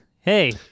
Hey